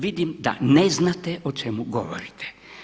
Vidim da ne znate o čemu govorite.